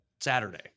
Saturday